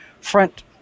front